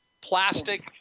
plastic